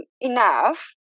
enough